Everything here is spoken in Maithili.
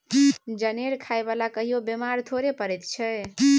जनेर खाय बला कहियो बेमार थोड़े पड़ैत छै